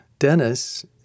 Dennis